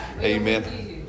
Amen